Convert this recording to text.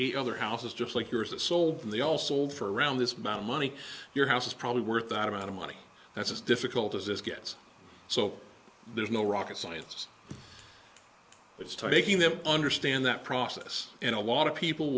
eight other houses just like yours a soul and they also old for around this mountain money your house is probably worth that amount of money that's as difficult as it gets so there's no rocket science it's taking them understand that process and a lot of people